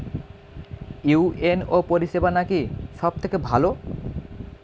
UNO পরিসেবা নাকি সব থেকে ভালো?